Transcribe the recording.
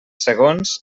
segons